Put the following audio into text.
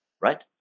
right